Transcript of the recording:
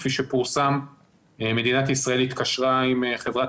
כפי שפורסם מדינת ישראל התקשרה עם חברת